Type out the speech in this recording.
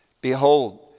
Behold